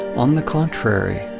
on the contrary,